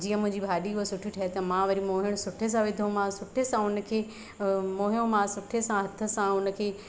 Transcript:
जीअं मुंहिंजी हुअ भाॼी सुठी ठहे त मां वरी मोइण सुठे सां विधोमासि सुठे सां हुनखे मोइयोमासि सुठे सां हथ सां हुनखे